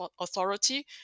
Authority